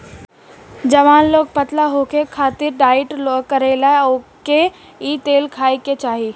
जवन लोग पतला होखे खातिर डाईट करेला ओके इ तेल खाए के चाही